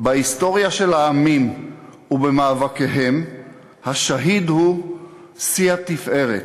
בהיסטוריה של העמים ובמאבקיהם השהיד הוא שיא התפארת.